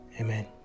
Amen